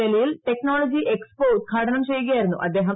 ഡൽഹിയിൽ technology expo ഉദ്ഘാടനം ചെയ്യുകയായിരുന്നു അദ്ദേഹം